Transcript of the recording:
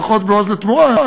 פחות ב"עוז לתמורה",